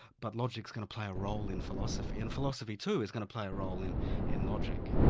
but logic's going to play a role in philosophy, and philosophy too is going to play a role in in logic.